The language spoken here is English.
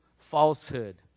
falsehood